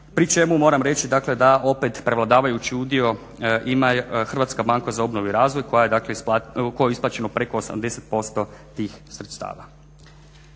pri čemu moram reći dakle da opet prevladavajući udio ima Hrvatska banka za obnovu i razvoj kojoj je isplaćeno preko 80% tih sredstava.